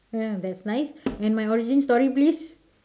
ya that's nice and my origin story please